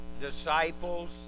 disciples